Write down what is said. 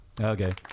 Okay